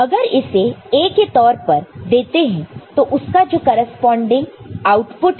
अगर इसे A के तौर पर देते हैं तो उसका जो करेस्पॉन्डिंग आउटपुट है